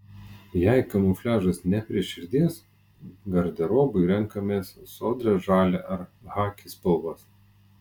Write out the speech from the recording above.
jei kamufliažas ne prie širdies garderobui renkamės sodrią žalią ar chaki spalvas